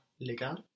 legal